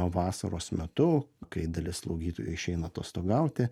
vasaros metu kai dalis slaugytojų išeina atostogauti